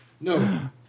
No